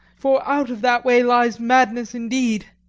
for out of that way lies madness indeed.